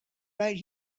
right